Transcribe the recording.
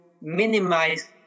minimize